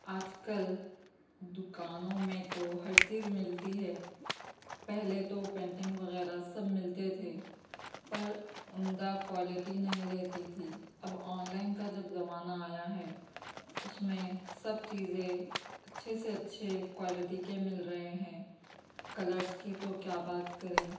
آج کل دکانوں میں تو ہر چیز ملتی ہے پہلے تو پینٹنگ وغیرہ سب ملتے تھے پر عمدہ کوالٹی نہیں رہتی تھی اب آن لائن کا جب زمانہ آیا ہے اس میں سب چیزیں اچھے سے اچھے کوالٹی کے مل رہے ہیں کلرس کی تو کیا بات کریں